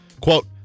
Quote